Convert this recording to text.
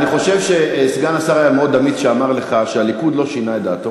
אני חושב שסגן השר היה מאוד אמיץ כשאמר לך שהליכוד לא שינה את דעתו,